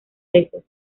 veces